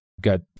Got